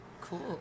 Cool